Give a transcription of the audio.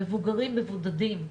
מבוגרים מבודדים,